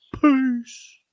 Peace